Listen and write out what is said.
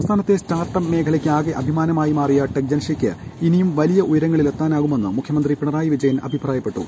സംസ്ഥാനത്തെ സ്റ്റാർട്ടപ്പ് മേഖലയ്ക്കാകെ അഭിമാനമായി മാറിയ ടെക്ജൻഷ്യക്ക് ഇനിയും വലിയ ഉയരങ്ങളിലെത്താനാകുമെന്ന് മുഖ്യമന്ത്രി പിണറായി വിജയൻ അഭിപ്രായപ്പെട്ടു